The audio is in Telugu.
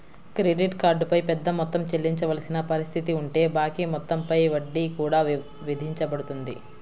క్రెడిట్ కార్డ్ పై పెద్ద మొత్తం చెల్లించవలసిన పరిస్థితి ఉంటే బాకీ మొత్తం పై వడ్డీ కూడా విధించబడుతుంది